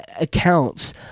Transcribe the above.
accounts